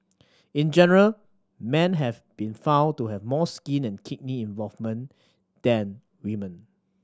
in general men have been found to have more skin and kidney involvement than women